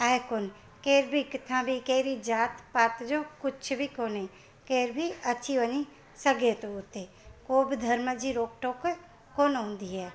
आहे कोन केर बि किथा बि कहिड़ी जात पात जो कुझु बि कोन्हे केर बि अची वञी सघे थो हुते को बि धर्म जी रोक टोक कोन हूंदी आहे